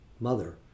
mother